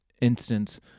instance